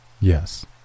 Yes